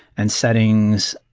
and settings,